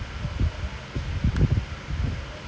damn sad I don't know why they நேத்திக்கு:nethikki I don't know they never